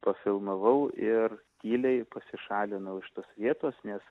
pafilmavau ir tyliai pasišalinau iš tos vietos nes